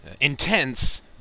intense